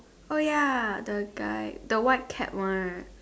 oh ya the guy the white cap one